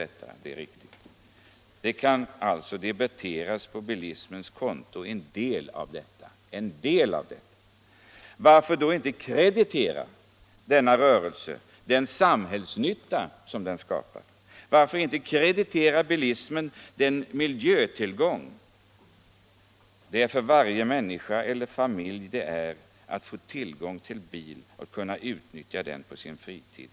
En del av detta kan alltså debiteras bilismens konto. Varför då inte också kreditera bilismen den samhällsnytta som bilismen gör? Varför inte kreditera bilismen den miljötillgång det är för varje människa eHer familj att få tillgång till bil och kunna utnyttja den på sin fritid?